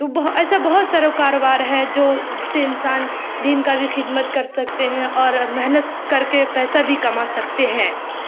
تو ایسا بہت سارا کاروبار ہے جو جس سے انسان دین کا بھی خدمت کر سکتے ہیں اور محنت کر کے پیسہ بھی کما سکتے ہیں